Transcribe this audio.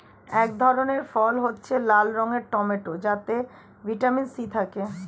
এক ধরনের ফল হচ্ছে লাল রঙের টমেটো যাতে ভিটামিন সি থাকে